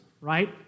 right